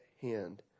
hand